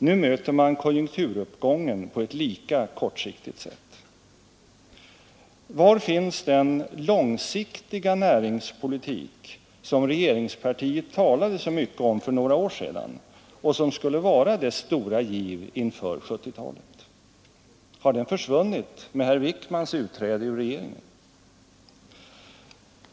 Nu möter man konjunkturuppgången på ett lika kortsiktigt sätt. Var finns den långsiktiga näringspolitik som regeringspartiet talade så mycket om för några år sedan och som skulle vara dess stora giv inför 1970-talet? Har den försvunnit med herr Wickmans utträde ur regeringen?